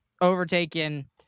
overtaken